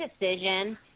decision